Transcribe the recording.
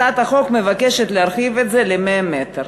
הצעת החוק מבקשת להרחיב את זה ל-100 מ"ר.